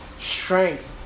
strength